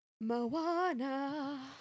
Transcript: Moana